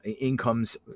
incomes